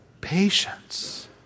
patience